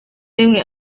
rimwe